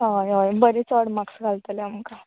हय हय बरें चड माक्स घालतलें आमकां